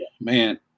man